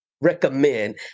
recommend